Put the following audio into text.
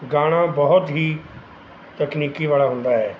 ਗਾਣਾ ਬਹੁਤ ਹੀ ਤਕਨੀਕੀ ਵਾਲਾ ਹੁੰਦਾ ਹੈ